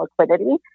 liquidity